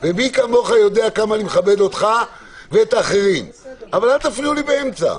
מי כמוך יודע כמה אני מכבד אותך ואת האחרים אבל אל תפריעו לי באמצע.